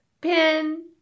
Pin